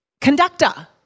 conductor